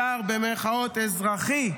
שר "אזרחי",